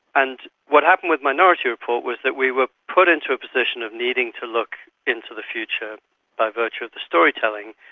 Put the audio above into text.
and what happened with minority report was that we were put into a position of needing to look into the future by virtue of the storytelling,